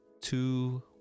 two